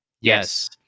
Yes